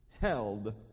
Held